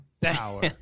power